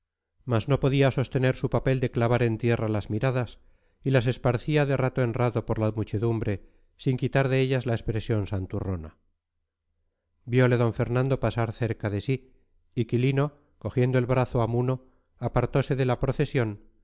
mas no podía sostener su papel de clavar en tierra las miradas y las esparcía de rato en rato por la muchedumbre sin quitar de ellas la expresión santurrona viole d fernando pasar cerca de sí y quilino cogiendo del brazo a muno apartose de la procesión